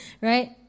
right